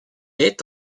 est